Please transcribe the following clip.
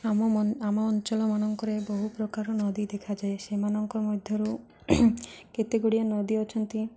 ଆମ ଆମ ଅଞ୍ଚଳମାନଙ୍କରେ ବହୁ ପ୍ରକାର ନଦୀ ଦେଖାଯାଏ ସେମାନଙ୍କ ମଧ୍ୟରୁ କେତେ ଗୁଡ଼ିଏ ନଦୀ ଅଛନ୍ତି